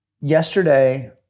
yesterday